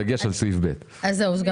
למה סעיף (ב)